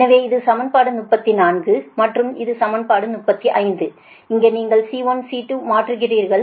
எனவே இது சமன்பாடு 34 மற்றும் இது சமன்பாடு 35 இங்கே நீங்கள் C1 C2 ஐ மாற்றுகிறீர்கள்